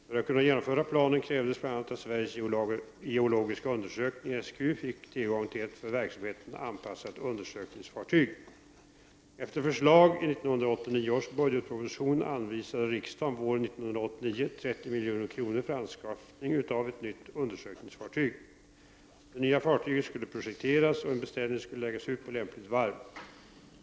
För att kunna genomföra planen krävdes bl.a. att Sveriges geologiska undersökning fick tillgång till ett för verksamheten anpassat undersökningsfartyg. Efter förslag i 1989 års budgetproposition anvisade riksdagen våren 1989 30 milj.kr. för anskaffning av ett nytt undersökningsfartyg. Det nya fartyget skulle projekteras, och en beställning skulle läggas ut på lämpligt varv.